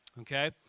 Okay